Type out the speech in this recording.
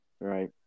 right